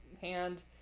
hand